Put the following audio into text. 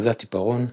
אחיזת עיפרון,